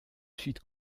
suite